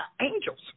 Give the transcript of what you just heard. angels